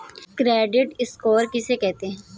Credit score किसे कहते हैं?